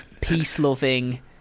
peace-loving